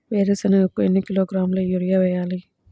వేరుశనగకు ఎన్ని కిలోగ్రాముల యూరియా వేయాలి?